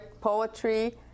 poetry